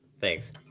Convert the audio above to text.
Thanks